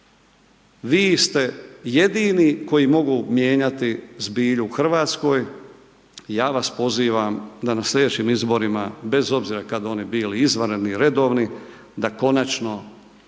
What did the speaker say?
vi ste jedini koji mogu mijenjati zbilju u Hrvatskoj i ja vas pozivam da na slijedećim izborima bez obzira kad oni bili izvanredni, redovni, da konačno